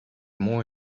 more